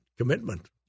Commitment